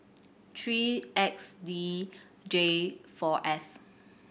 three X D J four S